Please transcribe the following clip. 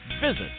Visit